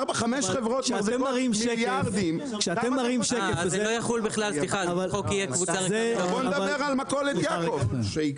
ארבע חמש חברות של מיליארדים -- בוא נדבר על מכולת יעקב.